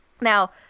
now